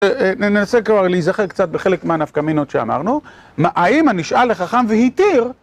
ננסה כבר להיזכר קצת בחלק מהנפקא מינות שאמרנו. האם הנשאל לחכם והתיר?